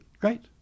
great